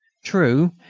true,